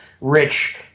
rich